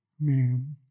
man